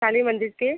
काली मंदिर के